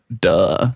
duh